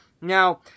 Now